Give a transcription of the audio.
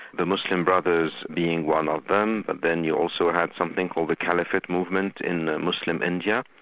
the muslim brothers being one of them, but then you also had something called the caliphate movement in muslim india,